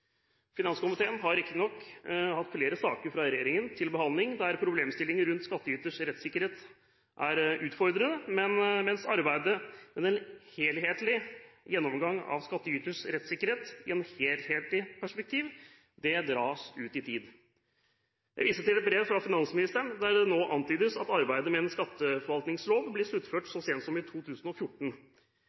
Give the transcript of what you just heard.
Finanskomiteen har riktig nok hatt flere saker fra regjeringen til behandling, der problemstillinger rundt skattyters rettssikkerhet er utfordrende, mens arbeidet med en helhetlig gjennomgang av skattyters rettssikkerhet i et helhetlig perspektiv dras ut i tid. Jeg viser til et brev fra finansministeren der det nå antydes at arbeidet med en skatteforvaltningslov blir sluttført så sent som i 2014.